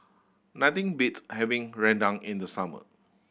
nothing beats having rendang in the summer